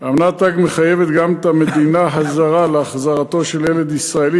אמנת האג מחייבת גם את המדינה הזרה להחזיר ילד ישראלי